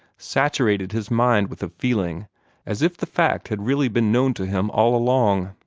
saturated his mind with a feeling as if the fact had really been known to him all along.